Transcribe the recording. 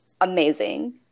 amazing